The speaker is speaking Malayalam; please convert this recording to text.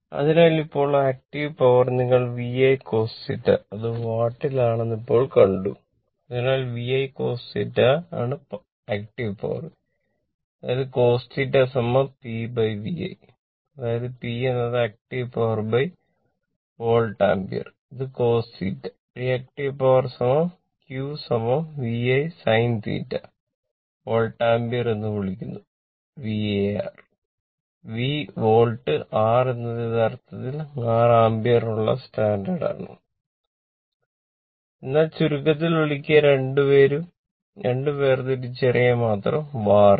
അതിനാൽ ഇപ്പോൾ active power Q VI sin θ volt ampere എന്ന് വിളിക്കുന്നു VAr V വോൾട്ട് r എന്നത് യഥാർത്ഥത്തിൽ r ആമ്പിയറിനുള്ള സ്റ്റാൻഡാണ് എന്നാൽ ചുരുക്കത്തിൽ വിളിക്കുക രണ്ടും വേർതിരിച്ചറിയാൻ മാത്രം VAR എന്ന്